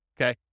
okay